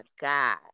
god